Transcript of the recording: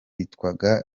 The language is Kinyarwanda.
akotsi